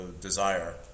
desire